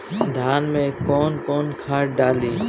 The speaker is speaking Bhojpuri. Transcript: धान में कौन कौनखाद डाली?